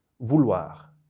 Vouloir